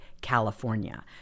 california